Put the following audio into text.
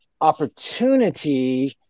opportunity